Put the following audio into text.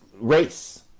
Race